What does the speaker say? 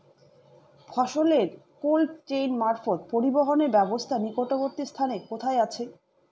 ফসলের cold chain মারফত পরিবহনের ব্যাবস্থা নিকটবর্তী স্থানে কোথায় আছে?